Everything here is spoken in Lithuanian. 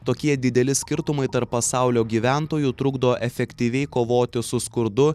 tokie dideli skirtumai tarp pasaulio gyventojų trukdo efektyviai kovoti su skurdu